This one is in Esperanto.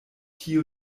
tio